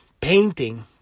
painting